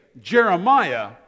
Jeremiah